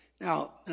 Now